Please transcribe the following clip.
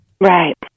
Right